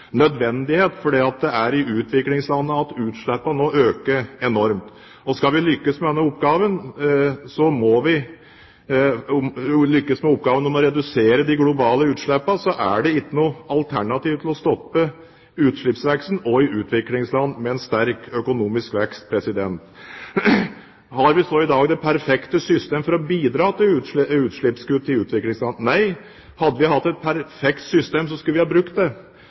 nødvendighet – rettferdighet fordi det er de rike land som har hovedansvaret for klimaproblemet, nødvendighet fordi det er i utviklingslandene utslippene nå øker enormt. Skal vi lykkes med oppgaven å redusere de globale utslippene, er det ikke noe alternativ til å stoppe utslippsveksten også i utviklingsland med en sterk økonomisk vekst. Har vi så i dag det perfekte system for å bidra til utslippskutt i utviklingsland? Nei, hadde vi hatt et perfekt system, skulle vi ha brukt det.